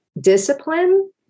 discipline